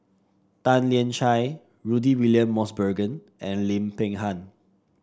Tan Lian Chye Rudy William Mosbergen and Lim Peng Han